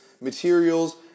materials